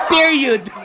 Period